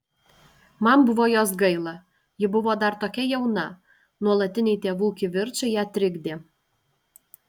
man buvo jos gaila ji buvo dar tokia jauna nuolatiniai tėvų kivirčai ją trikdė